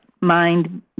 mind